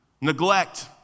neglect